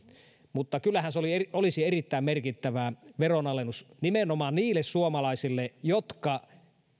niin kyllähän se olisi erittäin merkittävä veronalennus nimenomaan niille suomalaisille jotka